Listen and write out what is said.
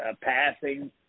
passing